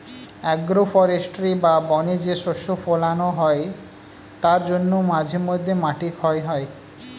agro forestry বা বনে যে শস্য ফোলানো হয় তার জন্য মাঝে মধ্যে মাটি ক্ষয় হয়